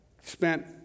spent